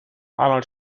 arnold